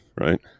right